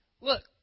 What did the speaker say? look